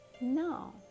No